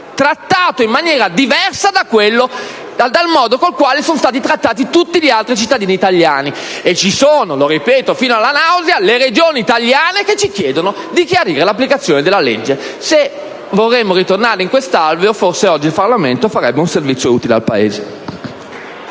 trattato in maniera diversa dal modo con il quale sono stati trattati tutti gli altri cittadini italiani, e ci sono - lo ripeto fino alla nausea - le Regioni italiane che ci chiedono di chiarire l'applicazione della legge. Se volessimo tornare in questo alveo, forse oggi il Parlamento farebbe un servizio utile al Paese.